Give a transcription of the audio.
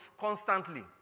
constantly